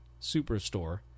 superstore